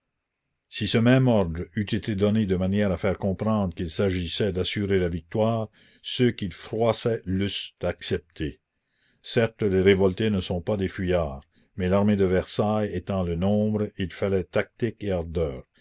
si ce même ordre eût été donné de manière à faire comprendre qu'il s'agissait d'assurer la victoire ceux qu'il froissait l'eussent accepté certes les révoltés ne sont pas des fuyards mais l'armée de versailles étant le nombre il fallait tactique et ardeur